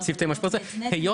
אבל היות